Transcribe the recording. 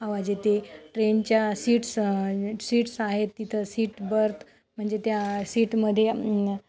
आवाज येते ट्रेनच्या सीट्स सीट्स आहेत तिथं सीट बर्थ म्हणजे त्या सीटमध्ये न